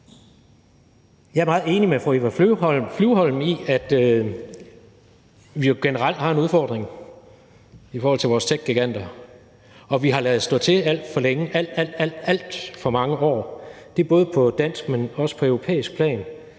Jeg er meget enig med fru Eva Flyvholm i, at vi generelt har en udfordring med vores techgiganter, og at vi har ladet stå til alt for længe – i alt, alt for mange år. Det er både på dansk og europæisk plan,